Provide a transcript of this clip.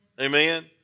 Amen